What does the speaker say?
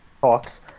talks